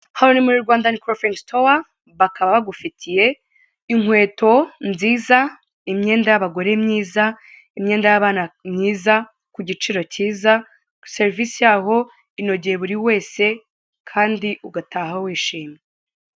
Hano ni muri Rwandan crothing store bakaba bagufitiye inkweto nziza, imyenda y'abagore myiza, imyenda y'abana myiza ku giciro cyiza ku serivisi yabo inogeye buri wese kandi ugataha wishimye.